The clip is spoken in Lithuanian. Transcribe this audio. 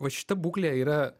va šita būklė yra